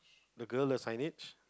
the girl the signage